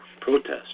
protest